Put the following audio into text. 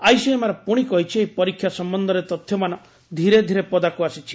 ICMR ପୁଣି କହିଛି ଏହି ପରୀକ୍ଷା ସମ୍ଭନ୍ଧରେ ତଥ୍ୟମାନ ଧୀରେ ଧୀରେ ପଦାକୁ ଆସିଛି